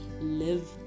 live